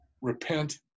repent